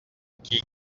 qui